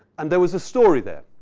and there was a story there.